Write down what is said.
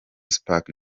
spark